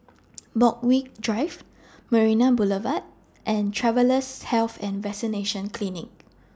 Borthwick Drive Marina Boulevard and Travellers' Health and Vaccination Clinic